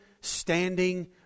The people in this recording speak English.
standing